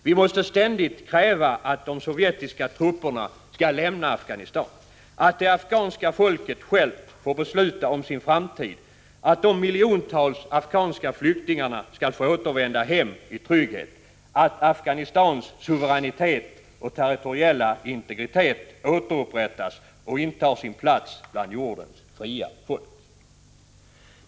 Vi måste ständigt kräva att de sovjetiska trupperna skall lämna Afghanistan, att det afghanska folket självt får besluta om sin framtid, att de miljontals afghanska flyktingarna skall få återvända hem i trygghet, att Afghanistans suveränitet och territoriella integritet återupprättas och att man intar sin plats bland jordens fria folk.